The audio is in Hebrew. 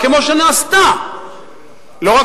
כמו שנעשתה,